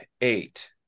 eight